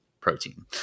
protein